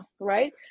right